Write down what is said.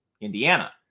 Indiana